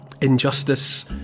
injustice